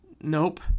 Nope